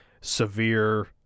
severe